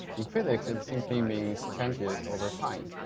in physics, it simply means changes over time.